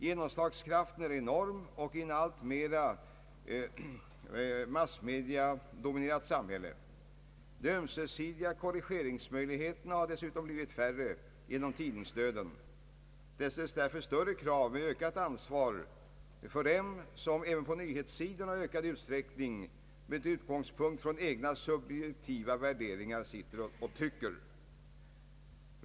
Genomslagskraften är enorm i ett alltmer massmediadominerat samhälle. De ömsesidiga <:korrigeringsmöjligheterna har dessutom blivit färre genom tidningsdöden. Det ställs därför större krav med ökat ansvar för dem som även på nyhetssidorna i ökad utsträckning med utgångspunkt från egna subjektiva värderingar sitter och tycker.